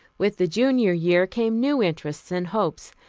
with the junior year came new interests and hopes.